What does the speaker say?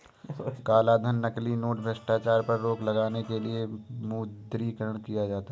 कालाधन, नकली नोट, भ्रष्टाचार पर रोक लगाने के लिए विमुद्रीकरण किया जाता है